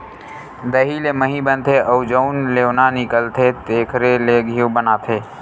दही ले मही बनथे अउ जउन लेवना निकलथे तेखरे ले घींव बनाथे